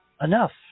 enough